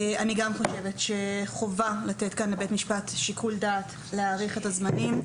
אני גם חושבת שחובה לתת כאן לבית משפט שיקול דעת להאריך את הזמנים.